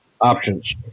options